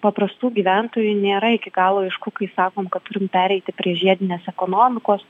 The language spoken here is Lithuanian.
paprastų gyventojų nėra iki galo aišku kai sakom kad turim pereiti prie žiedinės ekonomikos